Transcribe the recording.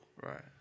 right